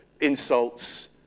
insults